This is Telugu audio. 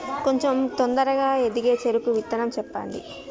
కొంచం తొందరగా ఎదిగే చెరుకు విత్తనం చెప్పండి?